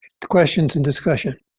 questions and discussion.